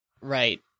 right